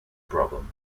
problem